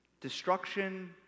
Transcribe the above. destruction